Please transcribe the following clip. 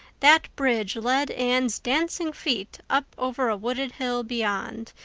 that bridge led anne's dancing feet up over a wooded hill beyond,